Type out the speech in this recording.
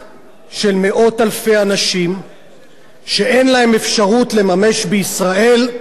של מאות אלפי אנשים שאין להם אפשרות לממש בישראל את